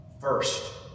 first